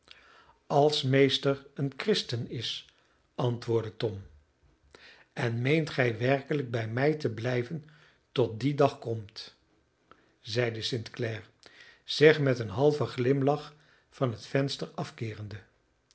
als meester een christen is antwoordde tom en meent gij werkelijk bij mij te blijven tot die dag komt zeide st clare zich met een halven glimlach van het venster afkeerende